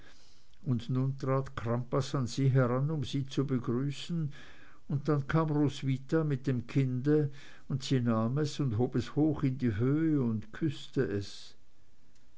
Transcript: crampas an sie heran um sie zu begrüßen und dann kam roswitha mit dem kinde und sie nahm es und hob es hoch in die höhe und küßte es